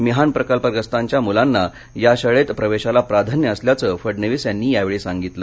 मिहान प्रकल्पग्रस्तांच्या मूलांना या शाळेत प्रवेशाला प्राधान्य असल्याचे फडणवीस यांनी यावेळी सांगितलं